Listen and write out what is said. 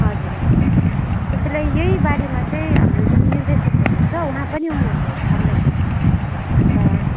हजुर हजुर तपाईँलाई यही बारेमा चाहिँ हाम्रो जुन निर्देशक हुनुहुन्छ उहाँ पनि आउनुहुन्छ होला सँगै अन्त